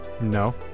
No